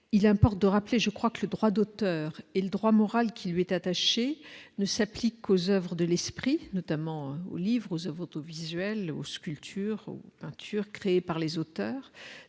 il importe de rappeler, je crois que le droit d'auteur et le droit moral qui lui est attachée, ne s'applique qu'aux Oeuvres de l'esprit, notamment aux livres auto-visuel ou sculptures turque créée par les auteurs